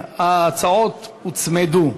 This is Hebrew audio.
ההצעות הוצמדו.